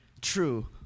true